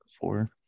four